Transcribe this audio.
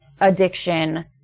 addiction